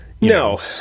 no